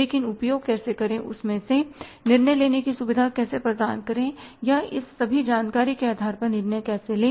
लेकिन उपयोग कैसे करें उसमें से निर्णय लेने की सुविधा कैसे प्रदान करें या इस सभी जानकारी के आधार पर निर्णय कैसे लें